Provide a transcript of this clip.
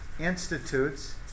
institutes